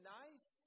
nice